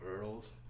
earls